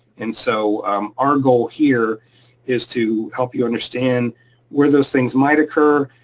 and so our goal here is to help you understand where those things might occur,